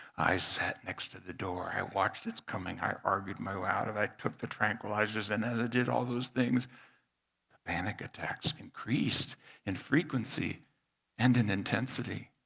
i sat next to the door. i watched its coming. i argued my way out of it. i took the tranquilizers and as i did all those things, the panic attacks increased in frequency and in intensity.